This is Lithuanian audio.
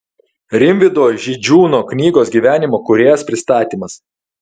rimvydo židžiūno knygos gyvenimo kūrėjas pristatymas